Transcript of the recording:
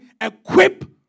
equip